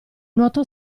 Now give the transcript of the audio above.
nuoto